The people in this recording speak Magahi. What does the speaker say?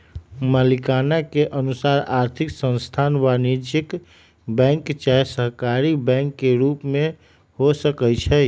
मलिकाना के अनुसार आर्थिक संस्थान वाणिज्यिक बैंक चाहे सहकारी बैंक के रूप में हो सकइ छै